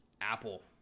Apple